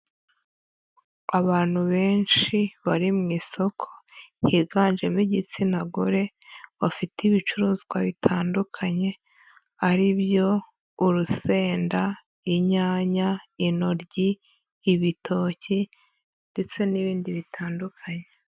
Abantu benshi bari mu isoko, higanjemo igitsina gore, bafite ibicuruzwa bitandukanye, aribyo: urusenda, inyanya, intoryi, ibitoki ndetse n'ibindi bitandukanye.